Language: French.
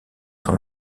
sont